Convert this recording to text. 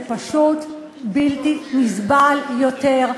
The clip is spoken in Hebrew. זה פשוט בלתי נסבל יותר.